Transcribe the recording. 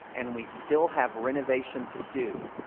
and we still have renovation to do.